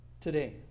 today